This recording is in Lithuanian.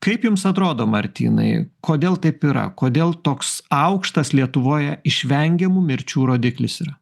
kaip jums atrodo martynai kodėl taip yra kodėl toks aukštas lietuvoje išvengiamų mirčių rodiklis yra